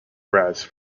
prize